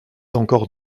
encore